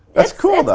it's cool, though.